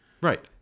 right